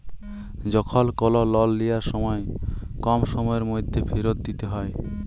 যখল কল লল লিয়ার সময় কম সময়ের ম্যধে ফিরত দিইতে হ্যয়